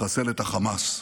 לחסל את החמאס.